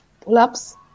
pull-ups